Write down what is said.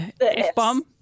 F-bomb